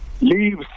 leave